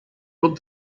club